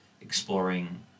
exploring